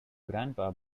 grandpa